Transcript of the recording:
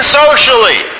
socially